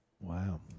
Wow